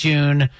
June